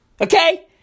Okay